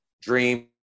Dream